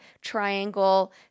triangle